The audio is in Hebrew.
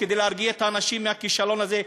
כדי להרגיע את האנשים מהכישלון הזה,